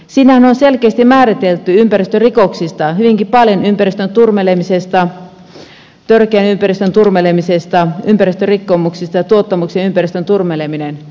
siinähän on selkeästi määritelty ympäristörikoksista hyvinkin paljon ympäristön turmelemisesta törkeästä ympäristön turmelemisesta ympäristörikkomuksista ja tuottamuksellisesta ympäristön turmelemisesta